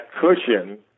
cushion